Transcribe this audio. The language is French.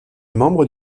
membre